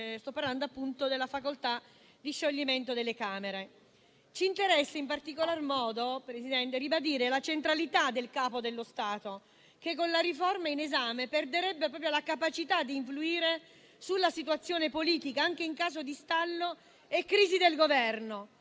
Sto parlando della facoltà di scioglimento delle Camere. Ci interessa in particolar modo ribadire la centralità del Capo dello Stato che, con la riforma in esame, perderebbe la capacità di influire sulla situazione politica, anche in caso di stallo e crisi di Governo,